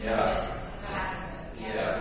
yeah yeah